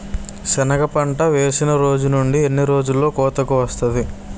సెనగ పంట వేసిన రోజు నుండి ఎన్ని రోజుల్లో కోతకు వస్తాది?